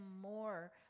more